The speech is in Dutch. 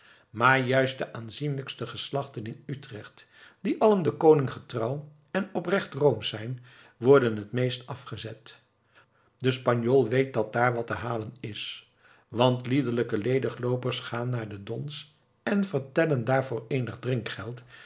maar juist de aanzienlijkste geslachten in utrecht die allen den koning getrouw en oprecht roomsch zijn worden het meest afgezet de spanjool weet dat daar wat te halen is want liederlijke ledigloopers gaan naar de dons en vertellen daar